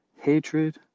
hatred